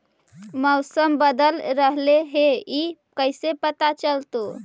मौसम बदल रहले हे इ कैसे पता चलतै?